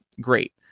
great